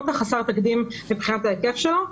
כל כך חסר תקדים מבחינת ההיקף שלו.